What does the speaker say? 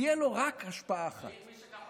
תהיה לו רק השפעה אחת,